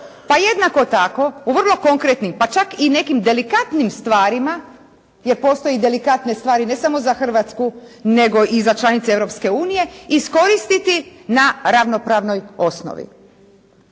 pa jednako tako u vrlo konkretnim pa čak i nekim delikatnim stvarima jer postoje i delikatne stvari ne samo za Hrvatsku nego i za članice Europske unije, iskoristiti na ravnopravnoj osnovi.